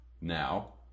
Now